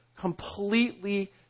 completely